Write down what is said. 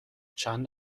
چند